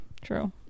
True